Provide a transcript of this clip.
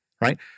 right